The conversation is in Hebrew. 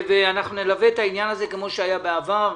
ואנחנו נלווה את העניין הזה כמו שהיה בעבר,